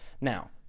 Now